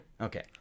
okay